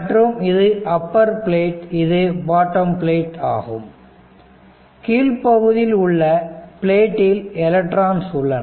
மற்றும் இது upper plate இது பாட்டம் பிளேட் ஆகும் கீழ்ப்பகுதியில் உள்ள ப்ளேடில் எலக்ட்ரான்ஸ் உள்ளன